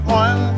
one